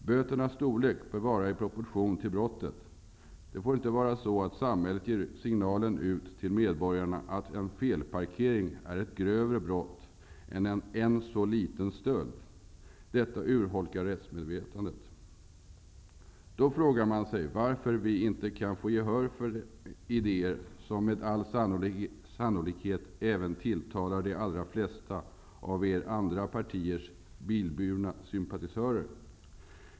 Böternas storlek bör vara i proportion till brottet. Det får inte vara så att samhället ger signaler till medborgarna att en felparkering är ett grövre brott än en än så liten stöld. Det urholkar rättsmedvetandet. Vi frågar oss varför vi inte kan få gehör för idéer som med all sannolikhet även tilltalar de allra flesta av de andra partiernas bilburna sympatisörer.